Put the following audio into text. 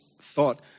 thought